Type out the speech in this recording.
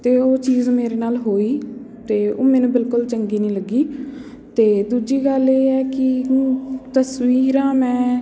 ਅਤੇ ਉਹ ਚੀਜ਼ ਮੇਰੇ ਨਾਲ ਹੋਈ ਅਤੇ ਉਹ ਮੈਨੂੰ ਬਿਲਕੁਲ ਚੰਗੀ ਨਹੀਂ ਲੱਗੀ ਅਤੇ ਦੂਜੀ ਗੱਲ ਇਹ ਹੈ ਕਿ ਤਸਵੀਰਾਂ ਮੈਂ